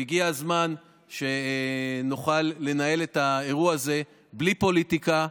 והגיע הזמן שנוכל לנהל את האירוע הזה בלי פוליטיקה,